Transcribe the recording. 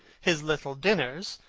his little dinners,